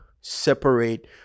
separate